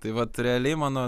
tai vat realiai mano